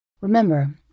Remember